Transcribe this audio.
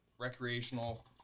recreational